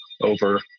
over